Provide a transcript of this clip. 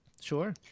Sure